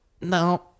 No